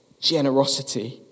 Generosity